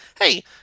hey